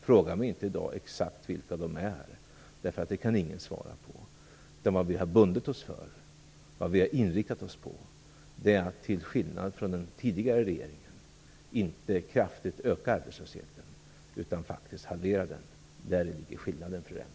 Fråga mig inte i dag exakt vilka de är. Det kan ingen svara på. Vad vi har bundit oss för och inriktat oss på är att, till skillnad från den tidigare regeringen, inte kraftigt öka arbetslösheten utan faktiskt halvera den. Däri ligger skillnaden fru Rembo.